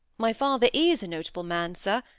my father is a notable man, sir.